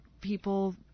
people